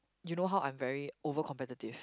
you know how I'm very over competitive